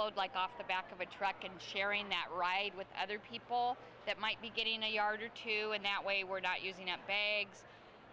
load like off the back of a truck and sharing that ride with other people that might be getting a yard or two and that way we're not using up banks